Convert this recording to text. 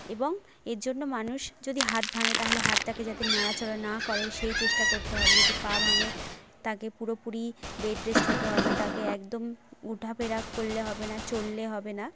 এবং এর জন্য মানুষ যদি হাত ভাঙে তাহলে হাতটাকে জাতে নাড়াচড়া না করে সেই চেষ্টা করতে হবে যদি পা ভাঙে তাকে পুরোপুরি বেডরেস্ট হতে হবে তাকে একদম উঠা ফেরা করলে হবে না চললে হবে না